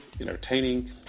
entertaining